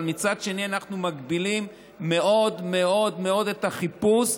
אבל מצד שני אנחנו מגבילים מאוד מאוד מאוד את החיפוש,